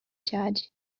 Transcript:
judge